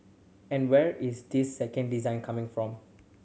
and where is this second design coming from